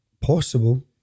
possible